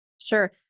Sure